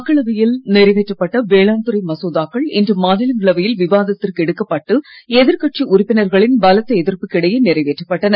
மக்களவையில் நிறைவேற்றப்பட்ட வேளாண் துறை மசோதாக்கள் இன்று மாநிலங்களவையில் விவாதத்திற்கு எடுக்கப்பட்டு எதிர்கட்சி உறுப்பினர்களின் பலத்த நிறைவேற்றப்பட்டன